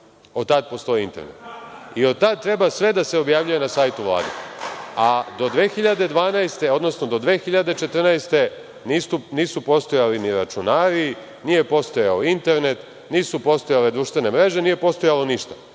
od tada postoji internet. Od tada treba sve da se objavljuje na sajtu Vlade, a do 2012. godine, odnosno 2014. godine, nisu postojali ni računari, nije postojao ni internet, nisu postojale društvene mreže, nije postojalo ništa.